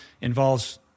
involves